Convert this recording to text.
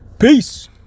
Peace